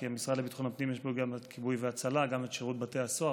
כי במשרד לביטחון הפנים יש גם כיבוי והצלה וגם שירות בתי הסוהר.